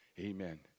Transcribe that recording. Amen